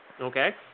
Okay